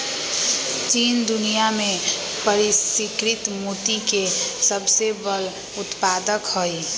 चीन दुनिया में परिष्कृत मोती के सबसे बड़ उत्पादक हई